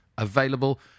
Available